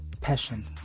Passion